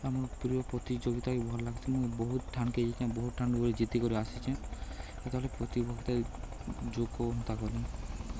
ଆମ ପ୍ରିୟ ପ୍ରତିଯୋଗିତା ବି ଭଲ୍ ଲାଗ୍ସି ମୁଇଁ ବହୁତ୍ ଠାନ୍କେ ଯାଇଚେଁ ବହୁତ୍ ଠାନ୍କେ ଜିତିକରି ଆସିଚେଁ ଯେତେବେଳେ ପ୍ରତିଯୋଗିତାରେ